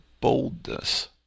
boldness